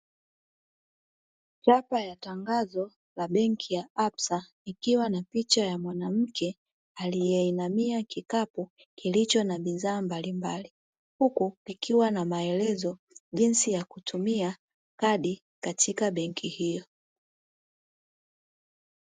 Chapa ya tangazo la benki ya ''absa'' likiwa na picha ya mwanamke aliyeinamia kikapu, kilicho na bidhaa mbalimbali huku ikiwa na maelezo jinsi ya kutumia kadi katika benki hiyo.